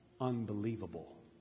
unbelievable